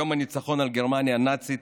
יום הניצחון על גרמניה הנאצית,